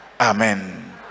Amen